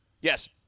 Yes